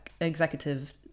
executive